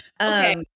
Okay